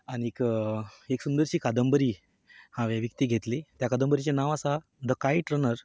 आनी एक सुंदरशी कादंबरी हांवें विकती घेतली त्या कादंबरीचें नांव आसा द कायट रनर